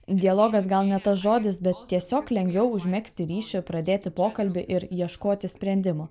dialogas gal ne tas žodis bet tiesiog lengviau užmegzti ryšį pradėti pokalbį ir ieškoti sprendimo